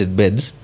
beds